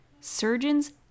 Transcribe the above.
surgeons